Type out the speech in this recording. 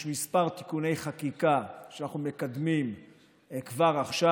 יש כמה תיקוני חקיקה שאנחנו מקדמים כבר עכשיו.